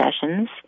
sessions